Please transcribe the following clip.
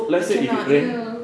I cannot !eeyer!